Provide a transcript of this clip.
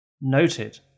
Noted